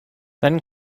then